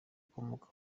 ukomoka